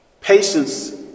patience